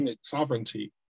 sovereignty